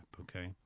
okay